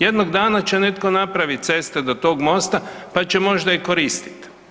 Jednog dana će netko napraviti ceste do tog mosta, pa će možda i koristiti.